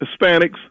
hispanics